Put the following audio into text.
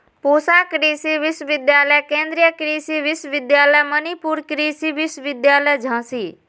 पूसा कृषि विश्वविद्यालय, केन्द्रीय कृषि विश्वविद्यालय मणिपुर, कृषि विश्वविद्यालय झांसी